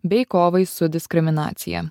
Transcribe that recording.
bei kovai su diskriminacija